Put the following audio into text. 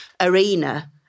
arena